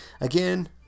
Again